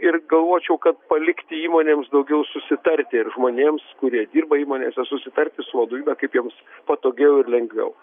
ir galvočiau kad palikti įmonėms daugiau susitarti ir žmonėms kurie dirba įmonėse susitarti su vadovybe kaip jiems patogiau ir lengviau